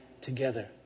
together